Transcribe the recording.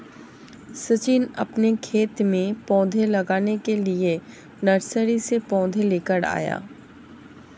सचिन अपने खेत में पौधे लगाने के लिए नर्सरी से पौधे लेकर आया